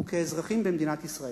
וכאזרחים במדינת ישראל.